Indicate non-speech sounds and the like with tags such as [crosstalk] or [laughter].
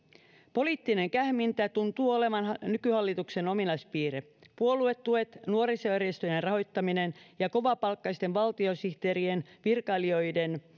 poliittinen kähmintä tuntuu olevan nykyhallituksen ominaispiirre puoluetuet nuorisojärjestöjen rahoittaminen ja kovapalkkaisten valtiosihteerien ja virkailijoiden [unintelligible]